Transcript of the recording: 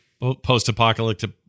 post-apocalyptic